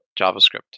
JavaScript